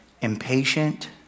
impatient